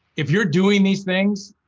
if you're doing these things,